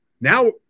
Now